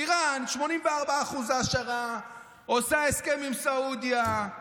איראן, 84% העשרה, עושה הסכם עם סעודיה,